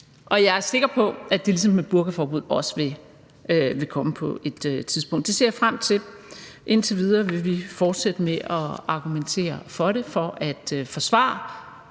og jeg er sikker på, at det ligesom med burkaforbuddet også vil komme på et tidspunkt. Det ser jeg frem til. Indtil videre vil vi fortsætte med at argumentere for det for at forsvare